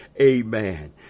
Amen